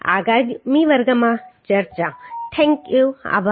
આગામી વર્ગમાં ચર્ચા આભાર